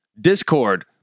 discord